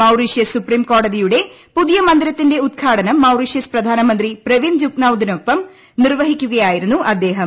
Mauritius supreme കോടതിയുടെ പുതിയ മന്ദിരതിന്റെ ഉദ്ഘാടനം മൌറീഷ്യസ് പ്രധാനമന്ത്രി പ്രവിന്ദ് ജുഗ്നൌദിനൊപ്പം ിർവഹിക്കുകയായിരുന്നു അദ്ദേഹം